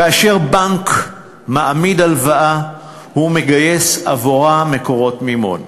כאשר בנק מעמיד הלוואה הוא מגייס עבורה מקורות מימון,